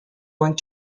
going